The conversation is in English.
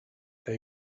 they